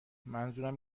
منظورم